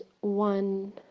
one